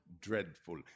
dreadful